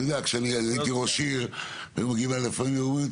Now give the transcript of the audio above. כשאני הייתי ראש עיר היו מגיעים אליי ואומרים לי,